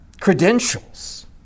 credentials